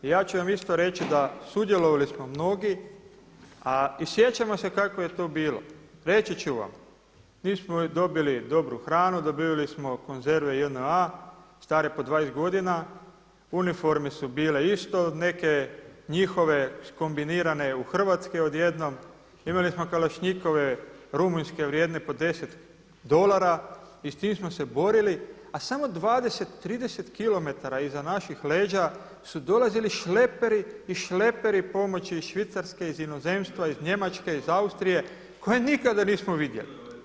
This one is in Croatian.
I ja ću vam isto reći da sudjelovali smo mnogi a i sjećamo se kako je to bilo, reći ću vam. … dobili dobru hranu, dobivali smo konzerve JNA stare po 20 godina, uniforme su bile isto neke njihove skombinirane u hrvatske odjednom, imali smo kalašnjikove rumunjske vrijedne po 10 dolara i s time smo se borili a samo 20, 30km iza naših leđa su dolazili šleperi i šleperi pomoći iz Švicarske, iz inozemstva, iz Njemačke, iz Austrije koje nikada nismo vidjeli.